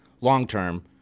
long-term